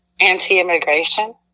anti-immigration